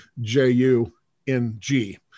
J-U-N-G